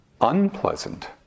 unpleasant